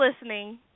listening